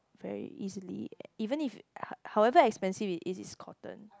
very easily even if however expensive it is it's cotton